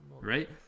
right